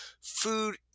food